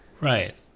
right